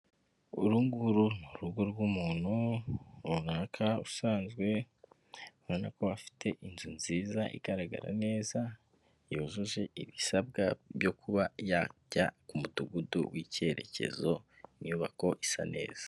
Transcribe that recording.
Uru nguru ni urugo rw'umuntu runaka usanzwe, ubona ko afite inzu nziza igaragara neza yujuje ibisabwa byo kuba yajya ku mudugudu w'icyerekezo, inyubako isa neza.